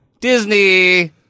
Disney